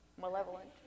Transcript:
malevolent